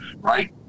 Right